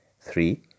Three